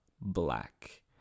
black